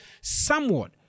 somewhat